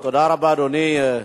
טוב, תודה רבה, אדוני.